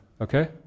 okay